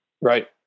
Right